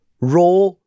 Raw